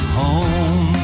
home